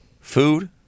food